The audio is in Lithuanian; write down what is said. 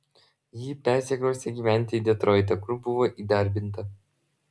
ji persikraustė gyventi į detroitą kur buvo įdarbinta